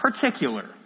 particular